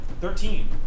Thirteen